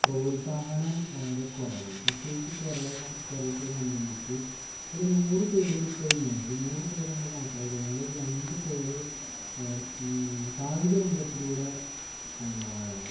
പ്രോത്സാഹനം വളരെ കുറവാണ് പ്രത്യേകിച്ച് കേരളസം കേരളത്തെ സംബന്ധിച്ച് ഒരു നൂറ് പേരെടുത്തുകഴിഞ്ഞാൽ നൂറു പേരെ നമ്മൾ കണക്കാക്കിക്കഴിഞ്ഞാൽ ഒരു രണ്ടു പേരെ കായിക രംഗത്തിലൂടെ എന്താ